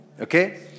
okay